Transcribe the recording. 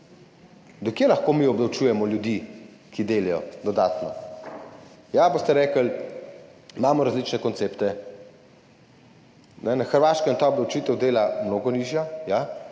Do kje lahko mi obdavčujemo ljudi, ki delajo dodatno? Ja, rekli boste, da imamo različne koncepte. Na Hrvaškem je ta obdavčitev dela mnogo nižja.